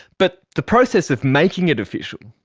but the process of making it official,